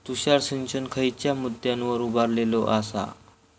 तुषार सिंचन खयच्या मुद्द्यांवर उभारलेलो आसा?